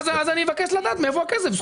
אז אני מבקש לדעת מאיפה הכסף.